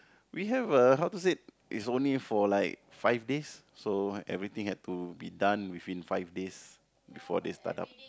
we have a how to say it's only for like five days so everything had to be done before five days before they start up